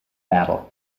battle